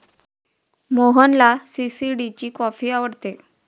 मोहनला सी.सी.डी ची कॉफी आवडते